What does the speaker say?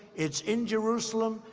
it's in jerusalem,